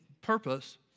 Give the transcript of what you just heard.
purpose